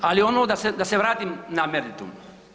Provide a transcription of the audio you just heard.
Ali ono da se vratim na meritum.